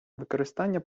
використання